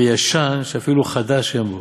וישן שאפילו חדש אין בו"